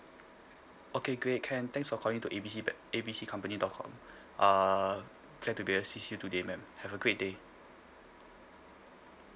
okay great can thanks for calling to A B C ba~ A B C company dot com uh glad to be assist you today ma'am have a great day